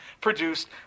produced